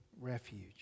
refuge